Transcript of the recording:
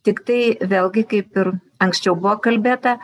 tiktai vėlgi kaip ir anksčiau buvo kalbėta